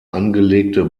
angelegte